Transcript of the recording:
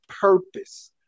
purpose